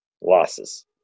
losses